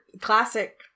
classic